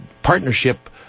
partnership